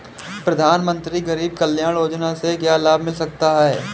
प्रधानमंत्री गरीब कल्याण योजना से क्या लाभ मिल सकता है?